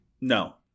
No